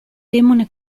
demone